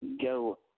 go